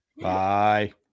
Bye